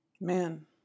Man